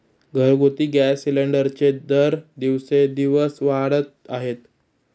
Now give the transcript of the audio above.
घरगुती गॅस सिलिंडरचे दर दिवसेंदिवस वाढत आहेत